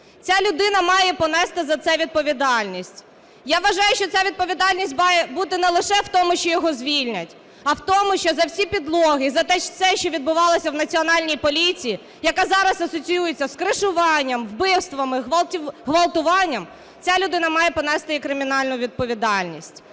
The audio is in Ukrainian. Ця людина має понести за це відповідальність. Я вважаю, що ця відповідальність має бути не лише в тому, що його звільнять, а в тому, що за всі підлоги, за все те, що відбувалося в Національній поліції, яка зараз асоціюється з "кришуванням", вбивствами, ґвалтуваннями, ця людина має понести і кримінальну відповідальність.